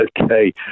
Okay